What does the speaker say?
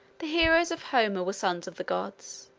the heroes of homer were sons of the gods.